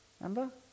Remember